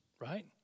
right